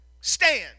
stand